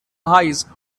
eyes